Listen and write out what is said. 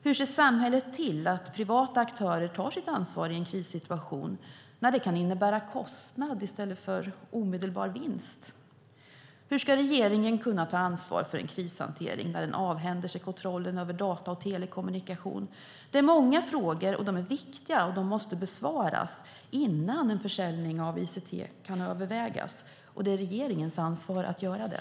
Hur ser samhället till att privata aktörer tar sitt ansvar i en krissituation när det kan innebära kostnad i stället för omedelbar vinst? Hur ska regeringen kunna ta ansvar för en krishantering när de avhänder sig kontrollen över data och telekommunikation? Det är många frågor. De är viktiga och måste besvaras innan en försäljning av ICT kan övervägas, och det är regeringens ansvar att göra det.